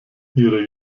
ihre